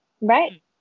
right